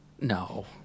No